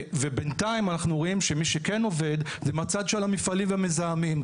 בינתיים אנחנו רואים שמי שכן עובד זה מהצד של המפעלים והמזהמים.